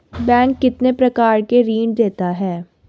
Bank कितने प्रकार के ऋण देता है?